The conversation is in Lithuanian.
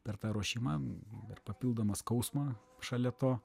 per tą ruošimą ir papildomą skausmą šalia to